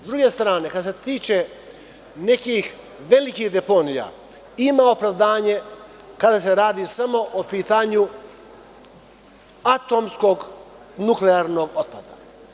S druge strane, što se tiče nekih velikih deponija, ima opravdanja kada se radi samo o pitanju atomskog nuklearnog otpada.